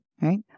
right